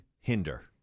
hinder